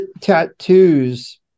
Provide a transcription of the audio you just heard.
tattoos